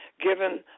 given